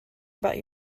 about